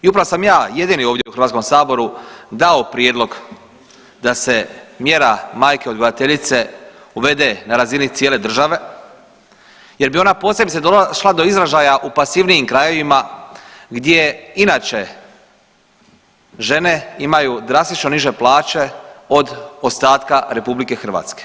I upravo sam ja jedini ovdje u Hrvatskom saboru dao prijedlog da se mjera „majke odgajateljice“ uvede na razini cijele države jer bi ona posebice došla do izražaja u pasivnijim krajevima gdje inače žene imaju drastično niže plaće od ostatka RH.